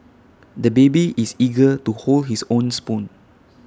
the baby is eager to hold his own spoon